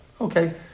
Okay